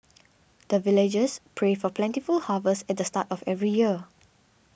the villagers pray for plentiful harvest at the start of every year